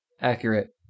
accurate